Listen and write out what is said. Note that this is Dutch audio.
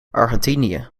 argentinië